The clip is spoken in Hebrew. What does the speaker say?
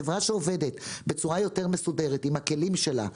חברה שעובדת בצורה יותר מסודרת עם הכלים שלה,